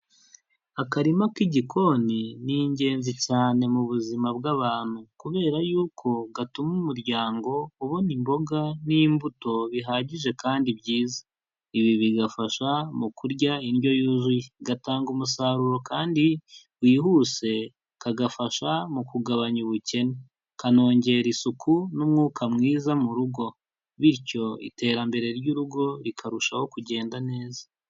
Akarima k'igikoni ni ingenzi cyane mu buzima bw'abantu kubera y'uko gatuma umuryango ubona imboga n'imbuto bihagije kandi byiza, ibi bigafasha mukurya indyo yuzuye, gatanga umusaruro kandi wihuse kagafasha mukugabanya ubukene, kanongera isuku n'umwuka mwiza murugo, bityo iterambere ry'urugo rikarushaho kugenda neza.